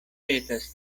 petas